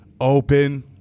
open